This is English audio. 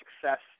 Success